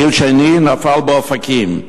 טיל שני נפל באופקים.